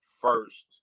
first